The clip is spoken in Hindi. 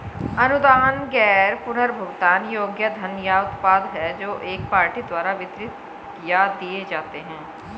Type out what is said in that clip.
अनुदान गैर पुनर्भुगतान योग्य धन या उत्पाद हैं जो एक पार्टी द्वारा वितरित या दिए जाते हैं